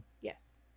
Yes